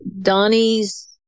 Donnie's